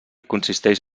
consisteix